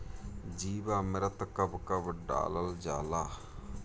जीवामृत कब कब डालल जाला?